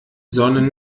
sonne